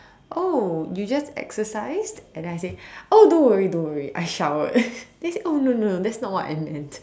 oh you just exercised and then I say oh don't worry don't worry I showered then he said oh no no no that's not what I meant